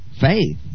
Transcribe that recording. Faith